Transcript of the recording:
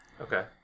Okay